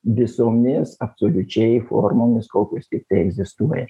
visomis absoliučiai formomis kokios tiktai egzistuoja